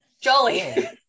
Jolly